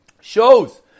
shows